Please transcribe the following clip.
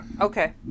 Okay